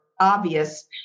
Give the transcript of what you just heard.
obvious